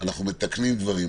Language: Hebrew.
אנחנו מתקנים דברים.